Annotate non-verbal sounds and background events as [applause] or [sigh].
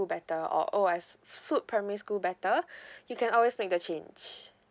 better or oh I suit primary school better [breath] you can always make the change